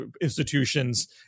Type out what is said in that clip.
institutions